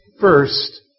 first